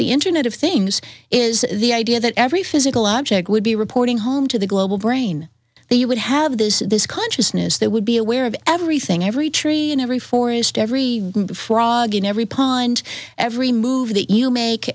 the internet of things is the idea that every physical object would be reporting home to the global brain that you would have this this consciousness that would be aware of everything every tree in every forest every before august every pond every move that you make